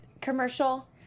commercial